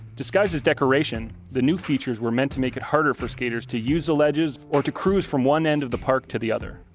disguised as decoration, the new features were meant to make it harder for skaters to use the ledges or to cruise from one end of the park to the other.